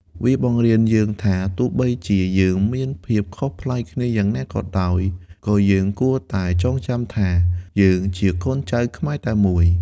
វាបង្រៀនយើងថា ទោះបីជាយើងមានភាពខុសប្លែកគ្នាយ៉ាងណាក៏ដោយ ក៏យើងគួរតែចងចាំថា យើងជាកូនចៅខ្មែរតែមួយ។